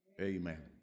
Amen